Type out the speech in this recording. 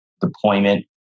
deployment